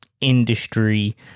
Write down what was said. industry